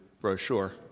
brochure